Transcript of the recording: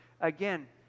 again